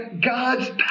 God's